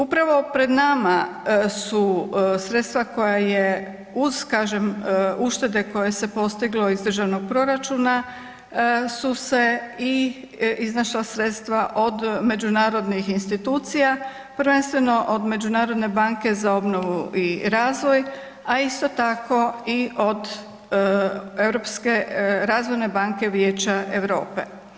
Upravo pred nama su sredstva koja je uz kažem uštede koje se postiglo iz državnog proračuna su se iznašla sredstva od međunarodnih institucija, prvenstveno od Međunarodne banke za obnovu i razvoj, a isto tako i od Razvojne banke Vijeća Europe.